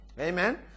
Amen